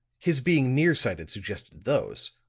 his being near-sighted suggested those.